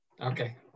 Okay